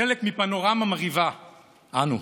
חלק מפנורמה מרהיבה אנו,